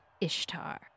Ishtar